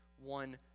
One